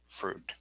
fruit